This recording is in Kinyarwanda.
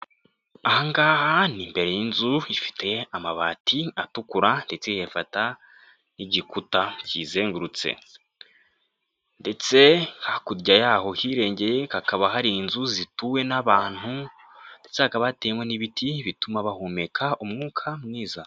Ahangaha ni imbbere y'inzu ifite amabati atukura ndetse afata n'igikuta kizengurutse. Ndetse hakurya y'aho hirengeye hakaba hari inzu zituwe n'abantu, ndetse hakaba hateyemo n'ibiti bituma bahumeka umwuka mwiza.